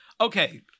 Okay